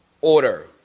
order